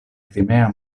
krimea